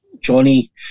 Johnny